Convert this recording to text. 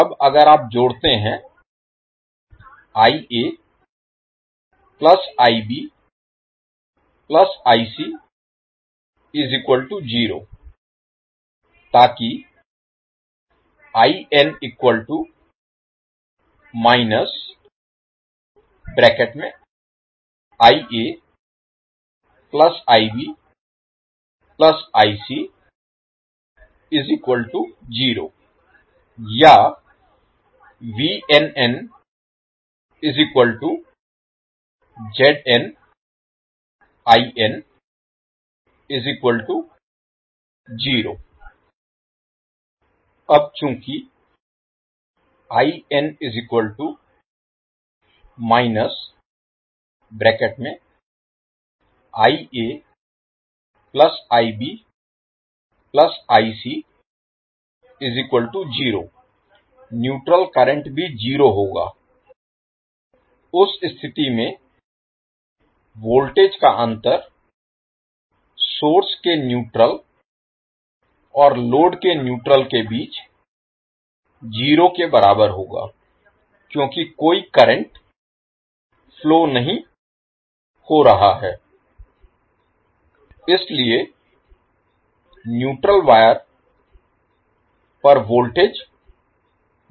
अब अगर आप जोड़ते हैं ताकि या अब चूंकि न्यूट्रल करंट भी जीरो होगा उस स्थिति में वोल्टेज का अंतर सोर्स के न्यूट्रल और लोड के न्यूट्रल के बीच जीरो के बराबर होगा क्योंकि कोई करंट फ्लो नहीं हो रहा है इसलिए न्यूट्रल वायर पर वोल्टेज जीरो होगा